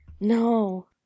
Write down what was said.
No